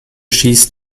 schießt